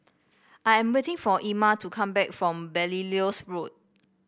I am waiting for Ima to come back from Belilios Road